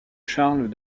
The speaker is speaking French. charles